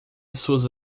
suas